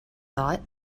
thought